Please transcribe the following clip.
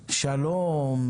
שלום,